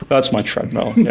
that's my treadmill, yeah